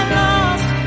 lost